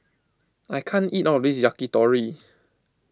I can't eat all of this Yakitori